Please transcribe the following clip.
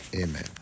Amen